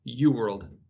UWorld